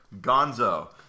gonzo